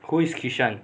who is kishan